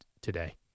today